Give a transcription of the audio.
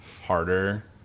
harder